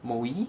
moue